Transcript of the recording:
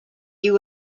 you